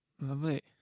Lovely